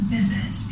visit